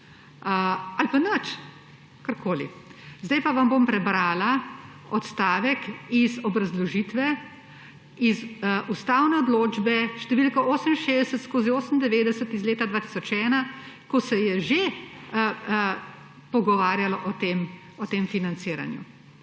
ali pa nič, karkoli. Zdaj pa vam bom prebrala odstavek iz obrazložitve iz ustavne odločbe št. 68/98 iz leta 2001, ko se je že pogovarjalo o tem financiranju.